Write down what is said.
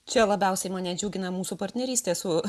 čia labiausiai mane džiugina mūsų partnerystė su